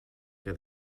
que